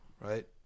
right